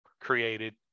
created